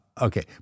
Okay